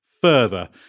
further